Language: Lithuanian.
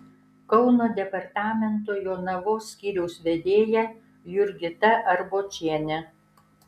kauno departamento jonavos skyriaus vedėja jurgita arbočienė